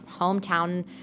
hometown